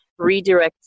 redirects